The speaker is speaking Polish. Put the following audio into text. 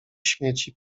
śmieci